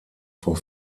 for